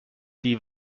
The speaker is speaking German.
die